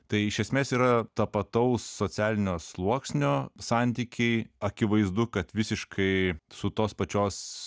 tai iš esmės yra tapataus socialinio sluoksnio santykiai akivaizdu kad visiškai su tos pačios